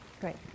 Great